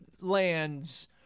lands